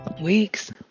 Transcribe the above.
Weeks